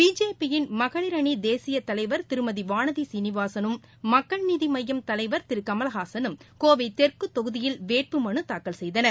BJP யின் மகளிர் அணிதேசியதலைவர் திருமதிவானதிசீனிவாசனும் மக்கள் நீதிமய்யம் தலைவர் திருகமலஹாசனும் கோவைதெற்குதொகுதியில் வேட்புமனுதாக்கல் செய்தனர்